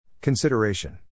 Consideration